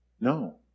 No